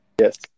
Yes